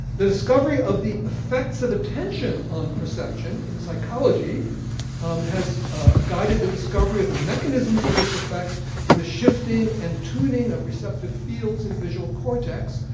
the discovery of the effects of attention on perception in psychology has ah guided the discovery of the mechanisms of this effect in the shifting and tuning of receptive fields and visual cortex,